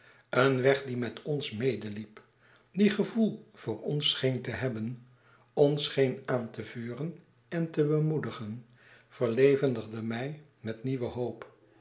een weg die met ons medeliep die gevoel voor ons scheen te hebben ons scheen aan te vuren en te bemoedigen verleyendigde mij met nieuwe hoop